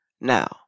Now